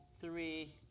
three